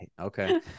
okay